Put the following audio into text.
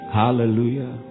hallelujah